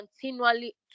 continually